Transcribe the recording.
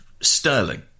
Sterling